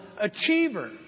achiever